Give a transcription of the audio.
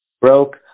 broke